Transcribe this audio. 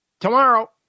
tomorrow